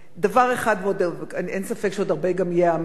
דבר אחד, אין ספק שעוד הרבה גם ייאמר,